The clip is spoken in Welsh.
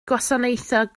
gwasanaethau